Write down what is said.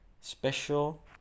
special